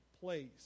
place